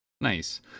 Nice